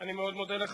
אני מאוד מודה לך.